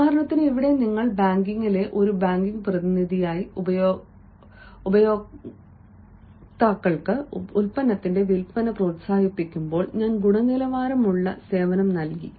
ഉദാഹരണത്തിന് ഇവിടെ നിങ്ങൾ ബാങ്കിലെ ഒരു ബാങ്കിംഗ് പ്രതിനിധിയായി ഉപയോക്താക്കൾക്ക് ഉൽപ്പന്നത്തിന്റെ വിൽപ്പന പ്രോത്സാഹിപ്പിക്കുമ്പോൾ ഞാൻ ഗുണനിലവാരമുള്ള സേവനം നൽകി